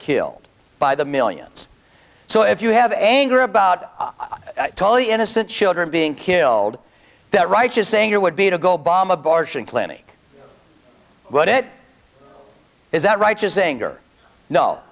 killed by the millions so if you have anger about totally innocent children being killed that righteous anger would be to go bomb abortion clinic what it is that right